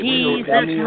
Jesus